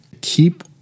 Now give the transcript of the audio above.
Keep